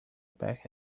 back